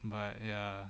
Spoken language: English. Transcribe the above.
but ya